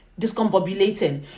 discombobulating